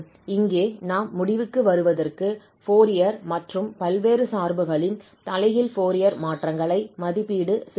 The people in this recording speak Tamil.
இங்கே நாம் முடிவுக்கு வருவதற்கு ஃபோரியர் மற்றும் பல்வேறு சார்புகளின் தலைகீழ் ஃபோரியர் மாற்றங்களை மதிப்பீடு செய்துள்ளோம்